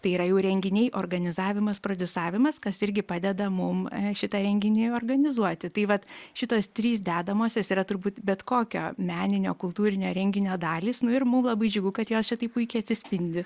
tai yra jau renginiai organizavimas prodiusavimas kas irgi padeda mum šitą renginį organizuoti tai vat šitos trys dedamosios yra turbūt bet kokio meninio kultūrinio renginio dalys nu ir mum labai džiugu kad jos čia taip puikiai atsispindi